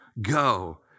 Go